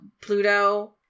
Pluto